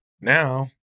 Now